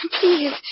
Please